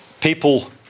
people